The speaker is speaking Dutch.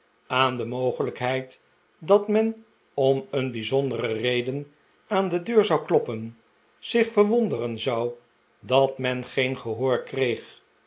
aan de mogelijkheid dat men om een bijzondere reden aan de deur zou kloppen zich verwonderen zou dat men geen gehoor kreeg